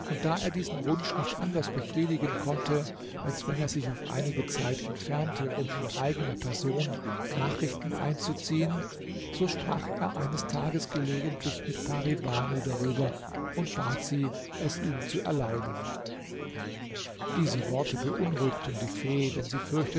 und da er diesen wunsch nicht anders befriedigen konnte als wenn er sich auf einige zeit entfernte um in eigener person nachrichten einzuziehen so sprach er eines tages gelegentlich mit pari banu darüber und bat sie es ihm zu erlauben diese worte beunruhigten die fee denn sie fürchtete